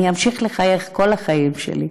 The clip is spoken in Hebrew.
אני אמשיך לחייך כל החיים שלי.